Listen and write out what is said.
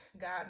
God